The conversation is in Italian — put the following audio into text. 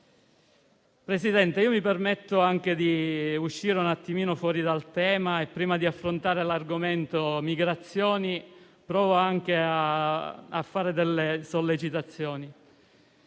del Consiglio, mi permetto di uscire un attimo fuori dal tema e, prima di affrontare l'argomento migrazioni, di provare a fare delle sollecitazioni.